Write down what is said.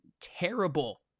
terrible